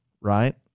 right